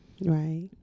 Right